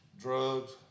Drugs